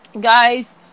guys